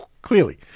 Clearly